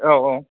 औ औ